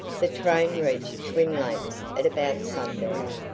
the train reached twin lakes at about sundown,